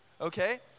Okay